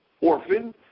orphan